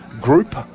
Group